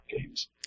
games